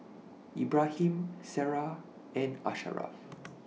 Ibrahim Sarah and Asharaff